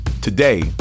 Today